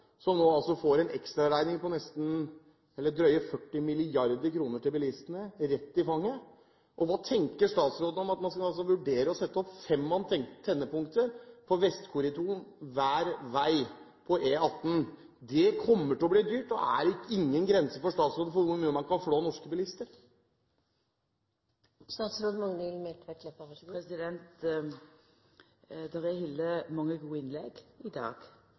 som nå altså får en ekstraregning på drøye 40 mrd. kr for bilistene rett i fanget? Og: Hva tenker statsråden om at man skal vurdere å sette opp fem antennepunkter på vestkorridoren hver vei på E18? Det kommer til å bli dyrt. Er det ingen grense for statsråden for hvor mye man kan flå norske bilister for? Det er halde mange gode innlegg